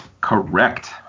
correct